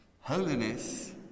Holiness